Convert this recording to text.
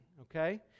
Okay